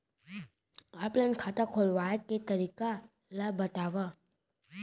Offline खाता खोलवाय के तरीका ल बतावव?